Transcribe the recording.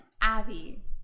Abby